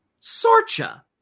Sorcha